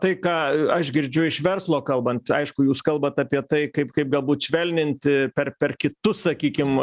tai ką aš girdžiu iš verslo kalbant aišku jūs kalbat apie tai kaip kaip galbūt švelninti per per kitus sakykim